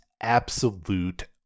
absolute